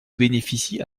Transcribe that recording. bénéficie